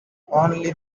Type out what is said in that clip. only